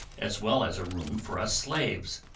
as well as a room for us slaves.